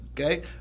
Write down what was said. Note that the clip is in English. Okay